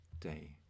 day